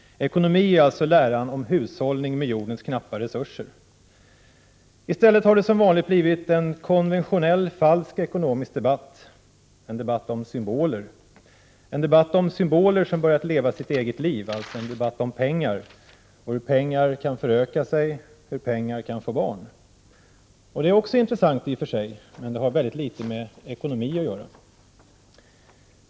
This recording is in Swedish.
Ekonomi är alltså läran om hushållning med jordens knappa resurser. I stället har det som vanligt blivit en konventionell, falsk ekonomisk debatt, en debatt om symboler, en debatt om symboler som börjat leva ett eget liv, alltså en debatt om pengar och hur pengar kan föröka sig, hur pengar kan få barn. Det är i och för sig också intressant, men det har mycket litet med ekonomi att göra.